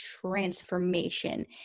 transformation